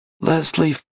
Leslie